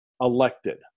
elected